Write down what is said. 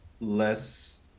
less